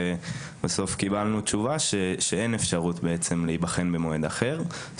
ובסוף קיבלנו תשובה שאין אפשרות בעצם להיבחן במועד אחר,